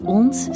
ons